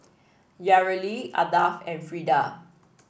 Yareli Ardath and Freeda